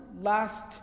last